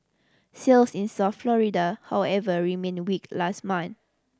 sales in South Florida however remained weak last month